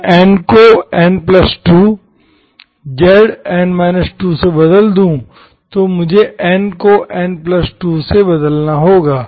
मैं n को n2 zn 2 से बदल दूं तो मुझे n को n 2 से बदलना होगा